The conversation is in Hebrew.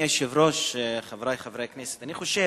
אדוני היושב-ראש, חברי חברי הכנסת, אני חושב,